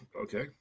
Okay